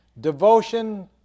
devotion